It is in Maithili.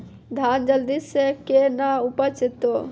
धान जल्दी से के ना उपज तो?